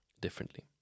differently